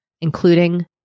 including